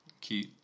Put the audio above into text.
cute